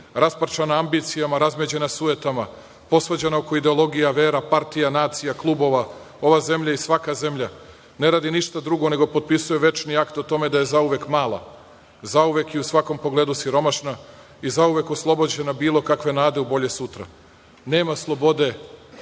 Rasparčana ambicijama, razmeđena sujetama, posvađana oko ideologija, vera, partija, nacija, klubova, ova zemlja i svaka zemlja ne radi ništa drugo nego potpisuje večni akt o tome da je zauvek mala, zauvek i u svakom pogledu siromašna i zauvek oslobođena bilo kakve nade u bolje sutra. Nema slobode